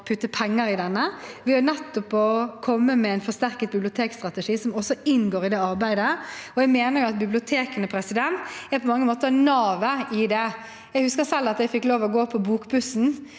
å putte penger i denne. Vi har nettopp kommet med en forsterket bibliotekstrategi, som også inngår i det arbeidet, og jeg mener at bibliotekene på mange måter er navet i det. Jeg husker selv at jeg fikk lov til å gå på bokbussen,